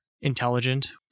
intelligent